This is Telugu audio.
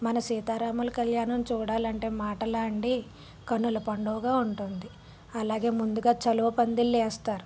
మన సీతారాముల కళ్యాణం చూడాలి అంటే మాటలా అండి కనుల పండుగ ఉంటుంది అలాగే ముందుగా చలువ పందిళ్ళు వేస్తారు